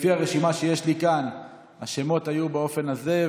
לפי הרשימה שיש לי כאן השמות היו באופן הזה,